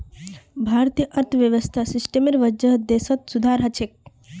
भारतीय अर्थव्यवस्था सिस्टमेर वजह देशत सुधार ह छेक